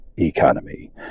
economy